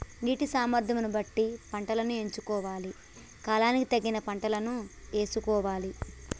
నీటి సామర్థ్యం ను బట్టి పంటలను ఎంచుకోవాలి, కాలానికి తగిన పంటలను యేసుకోవాలె